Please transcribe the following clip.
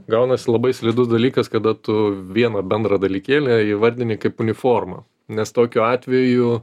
gaunasi labai slidus dalykas kada tu vieną bendrą dalykėlį įvardini kaip uniformą nes tokiu atveju